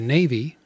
Navy